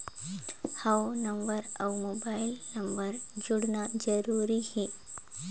हव नंबर अउ mobile number जोड़ना जरूरी हे?